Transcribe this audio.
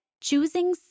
Choosing